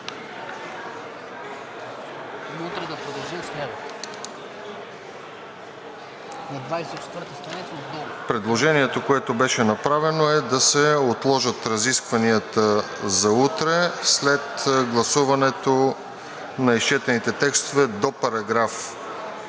Предложението, което беше направено, е да се отложат разискванията за утре след гласуването на изчетените текстове до § 10 на